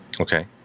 Okay